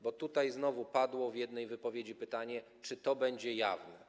Bo znowu padło w jednej wypowiedzi pytanie: Czy to będzie jawne?